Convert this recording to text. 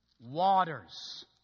waters